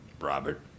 Robert